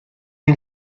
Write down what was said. ein